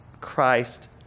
Christ